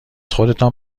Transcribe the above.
خودتان